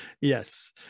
Yes